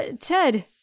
Ted